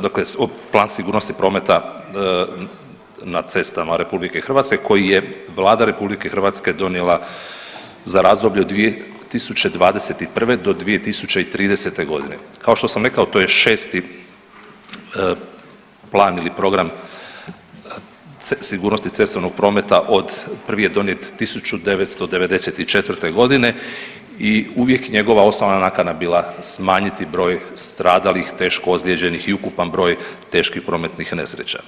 dakle plan sigurnosti prometa na cestama RH koji je Vlada RH donijela za razdoblje od 2021. do 2030.g., kao što sam rekao to je šesti plan ili program sigurnosti cestovnog prometa od, prvi je donijet 1994.g. i uvijek je njegova osnovna nakana bila smanjiti broj stradalih i teško ozlijeđenih i ukupan broj teških prometnih nesreća.